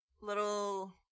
little